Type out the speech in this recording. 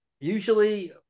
usually